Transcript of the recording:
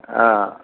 ആ